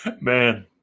Man